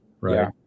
right